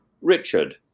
Richard